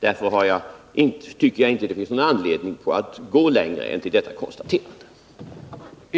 Därför tycker jag att det inte finns anledning att gå längre än till detta konstaterande.